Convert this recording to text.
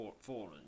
fallen